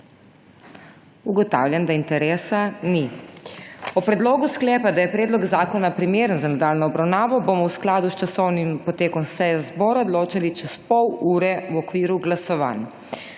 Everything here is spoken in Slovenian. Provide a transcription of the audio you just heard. Ugotavljam, da interesa ni. O predlogu sklepa, da je predlog zakona primeren za nadaljnjo obravnavo, bomo v skladu s časovnim potekom seje zbora odločali čez pol ure v okviru glasovanj.